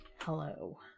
Hello